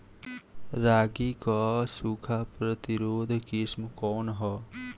रागी क सूखा प्रतिरोधी किस्म कौन ह?